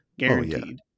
guaranteed